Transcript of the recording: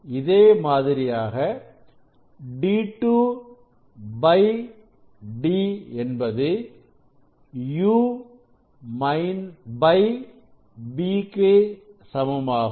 இதே மாதிரியாகd2 d என்பது uv இக்கு சமமாகும்